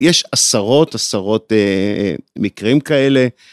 יש עשרות עשרות מקרים כאלה.